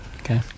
Okay